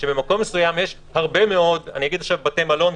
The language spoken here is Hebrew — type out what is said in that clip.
שבמקום מסוים יש הרבה מאוד אני אגיד עכשיו בתי מלון,